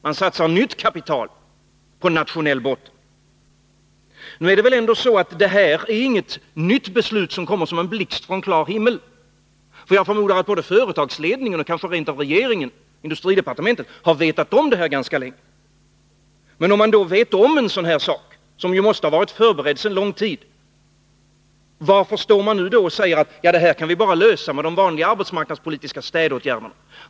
Man satsar nytt kapital på nationell botten. Detta är väl inte något nytt beslut, som kommer som en blixt från en klar himmel. Jag förmodar att både företagsledningen och kanske rent av industridepartementet har vetat om detta ganska länge. Om man vet en sådan här sak, som måste ha varit förberedd sedan lång tid tillbaka, varför står man nu och säger att vi kan lösa dessa problem bara med de vanliga arbetsmarknadspolitiska stödåtgärderna?